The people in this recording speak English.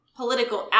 political